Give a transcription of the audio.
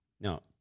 Now